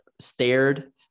stared